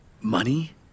Money